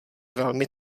velmi